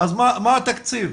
מה התקציב?